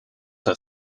her